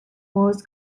was